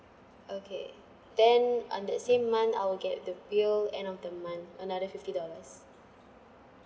okay then on the same month I'll get the bill end of the month another fifty dollars